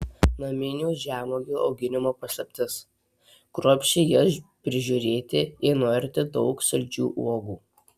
naminių žemuogių auginimo paslaptis kruopščiai jas prižiūrėti jei norite daug saldžių uogų